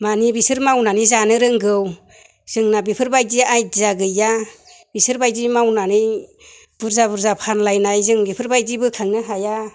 माने बिसोर मावनानै जानो रोंगौ जोंनिया बेफोरबायदि आयडिया गैया बिसोरबायदि मावनानै बुरजा बुरजा फानलायनाय जों बेफोरबायदि बोखांनो हाया